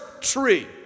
tree